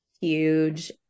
Huge